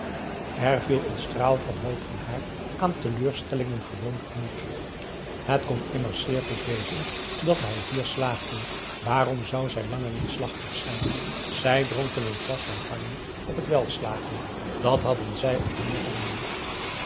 er viel een straal van hoop in haar aan teleurstellingen gewoon gemoed het kon immers zeer goed wezen dat hij hier slaagde waarom zou zij langer neerslachtig zijn zij dronken een glas champagne op het welslagen dat hadden zij al meer gedaan